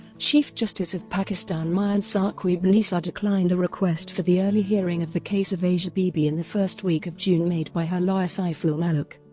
chief justice of pakistan mian and saqib nisar declined a request for the early hearing of the case of asia bibi in the first week of june made by her lawyer saiful malook.